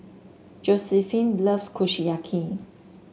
Josiephine loves Kushiyaki